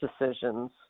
decisions